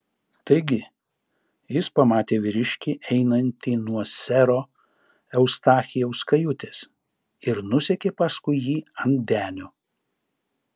taigi jis pamatė vyriškį einantį nuo sero eustachijaus kajutės ir nusekė paskui jį ant denio